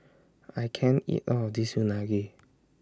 I can't eat All of This Unagi